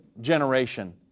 generation